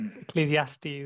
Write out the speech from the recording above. Ecclesiastes